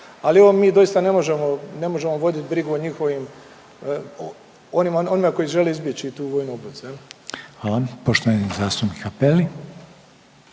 Ali ovo mi doista ne možemo voditi brigu o njihovim, onima koji žele izbjeći tu vojnu obvezu. **Reiner, Željko (HDZ)** Hvala.